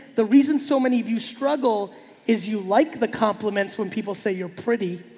the reason so many of you struggle is you like the compliments. when people say you're pretty,